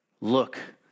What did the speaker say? Look